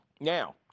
now